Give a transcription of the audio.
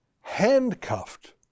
handcuffed